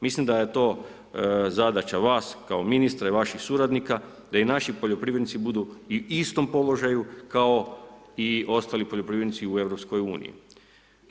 Mislim da je to zadaća vas kao ministra i vaših suradnika, da i naši poljoprivrednici budu u istom položaju kao i ostali poljoprivrednici u Europskoj uniji.